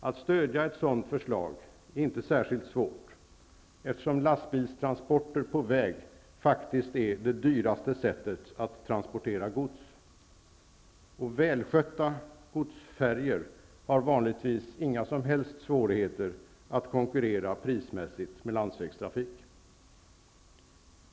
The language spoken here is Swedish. Att stödja ett sådant förslag är inte särskilt svårt, eftersom lastbilstransporter på väg är faktiskt det dyraste sättet att transportera gods. Välskötta godsfärjor har vanligtvis inga svårigheter att konkurrera prismässigt med landsvägstrafik.